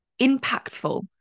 impactful